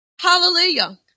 Hallelujah